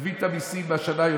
גבית יותר מיסים השנה,